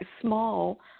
small